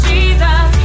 Jesus